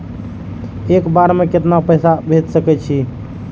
एक बार में केतना पैसा भेज सके छी?